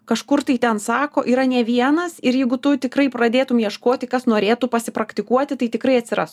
kažkur tai ten sako yra ne vienas ir jeigu tu tikrai pradėtum ieškoti kas norėtų pasipraktikuoti tai tikrai atsiras